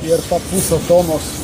ir tą pusę tonos